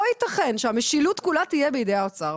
לא ייתכן שהמשילות כולה תהיה בידי האוצר.